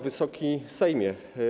Wysoki Sejmie!